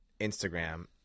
Instagram –